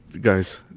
guys